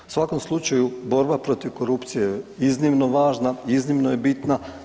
U svakom slučaju borba protiv korupcije je iznimno važna, iznimno je bitna.